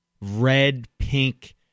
red-pink